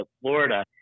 florida